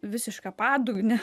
visiška padugne